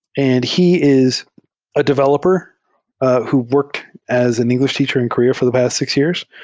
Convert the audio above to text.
and he is a developer who work as an engl ish teacher in korea for the past six years.